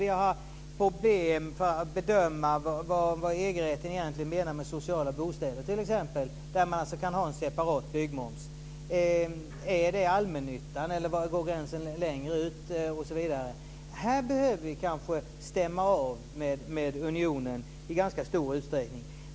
Vi har t.ex. problem med att bedöma vad EG-rätten egentligen menar med sociala bostäder. Där kan man alltså ha en separat byggmoms. Är det allmännyttan eller går gränsen längre ut osv.? Här behöver vi kanske stämma av med unionen i ganska stor utsträckning.